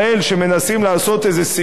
שמנסים לעשות איזה סיבוב,